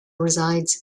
resides